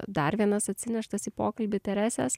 dar vienas atsineštas į pokalbį teresės